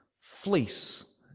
fleece